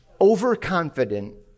Overconfident